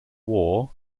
war